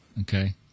okay